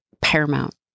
paramount